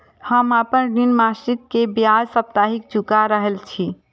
हम आपन ऋण मासिक के ब्याज साप्ताहिक चुका रहल छी